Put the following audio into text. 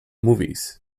movies